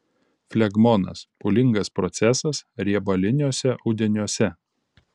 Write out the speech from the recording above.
flegmonas pūlingas procesas riebaliniuose audiniuose